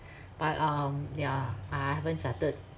but um yeah I haven't started